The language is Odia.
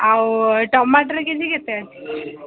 ଆଉ ଟମାଟର କେ ଜି କେତେ